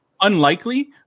Unlikely